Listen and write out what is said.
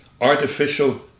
artificial